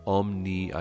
omni